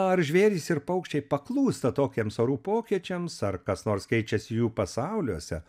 ar žvėrys ir paukščiai paklūsta tokiems orų pokyčiams ar kas nors keičiasi jų pasauliuose